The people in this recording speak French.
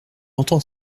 entend